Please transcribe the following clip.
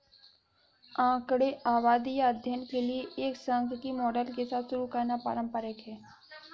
आंकड़े आबादी या अध्ययन के लिए एक सांख्यिकी मॉडल के साथ शुरू करना पारंपरिक है